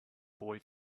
boy